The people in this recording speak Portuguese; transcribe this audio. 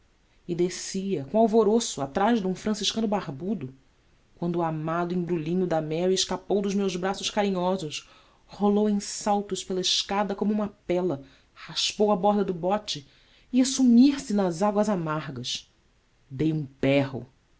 e descia com alvoroço atrás de um franciscano barbudo quando o amado embrulhinho da mary escapou dos meus braços carinhosos rolou em saltos pela escada como uma péla raspou a borda do bote ia sumir-se nas águas amargas dei um berro